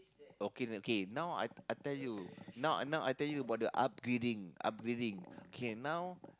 okay okay now I I tell you now now I tell you about the upgrading upgrading okay now